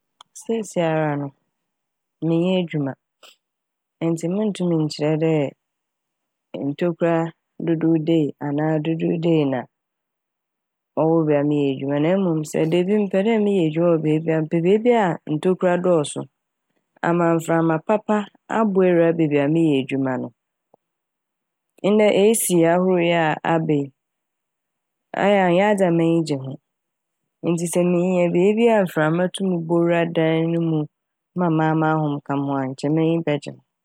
Siesiara no mennyɛ edwuma ntsi munntum nkyerɛ dɛ ntokura dodow dei anaa dodow dei na ɔwɔ beebi a meyɛ edwuma. Na mom sɛ da bi mepɛ dɛ meyɛ edwuma wɔ beebi a mepɛ beebi a ntokura dɔɔso ama mframa papa abɔ ewura beebi a meyɛ edwuma no. Ndɛ "A.C" ahorow yi a aba yi ayɛ a nnyɛ adze a m'enyi gye ho ntsi sɛ minya beebi a mframa tum bɔ wura dan ne mu ma maa m'ahom ka mo ho a nkyɛ m'enyi bɛgye.